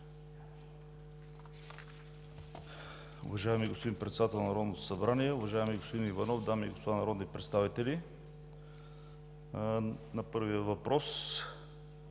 Уважаеми господин Председател на Народното събрание, уважаеми господин Иванов, уважаеми дами и господа народни представители! По първия въпрос